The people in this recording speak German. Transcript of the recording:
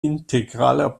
integraler